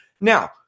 Now